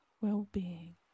well-being